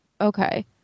Okay